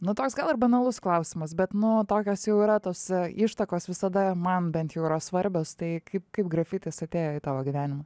nu toks gal ir banalus klausimas bet nu tokios jau yra tos ištakos visada man bent jau yra svarbios tai kaip kaip grafitis atėjo į tavo gyvenimą